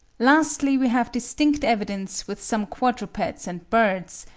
lastly we have distinct evidence with some quadrupeds and birds,